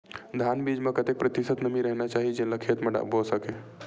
धान बीज म कतेक प्रतिशत नमी रहना चाही जेन ला खेत म बो सके?